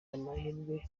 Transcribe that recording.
amahirwe